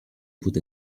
put